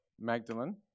Magdalene